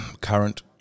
current